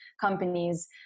companies